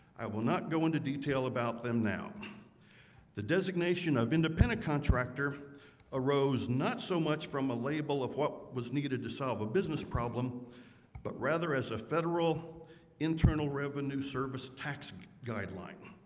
i will not go into detail about them now the designation of independent contractor arose not so much from a label of what was needed to solve a business problem but rather as a federal internal revenue service tax guideline